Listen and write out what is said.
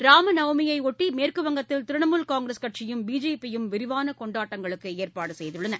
ராமநவமியை அடுத்து மேற்குவங்கத்தில் திரிணமுல் காங்கிரஸ் கட்சியும் பிஜேபியும் விரிவான கொண்டாட்டங்களுக்கு ஏற்பாடு செய்துள்ளன